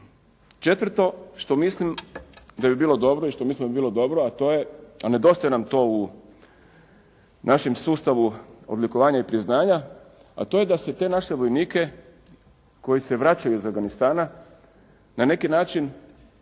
Četvrto što mislim da bi bilo dobro i što mislim da bi bilo dobro, a to je, a nedostaje nam to u našem sustavu odlikovanja i priznanja, a to je da se te naše vojnike koji se vraćaju iz Afganistana na neki način